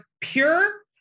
pure